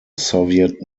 soviet